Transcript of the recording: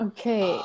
Okay